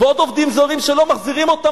ועוד עובדים זרים שלא מחזירים אותם